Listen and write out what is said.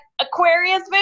aquarius